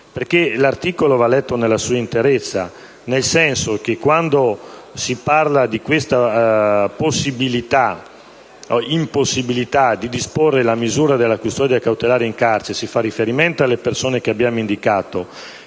l'articolo nella sua interezza. Quando, infatti, si parla della impossibilità di disporre la misura della custodia cautelare in carcere si fa riferimento alle persone che abbiamo indicato,